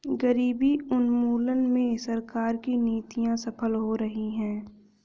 गरीबी उन्मूलन में सरकार की नीतियां सफल हो रही हैं